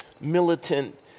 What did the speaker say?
militant